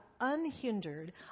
unhindered